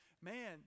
man